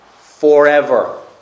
forever